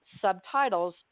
subtitles